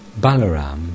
Balaram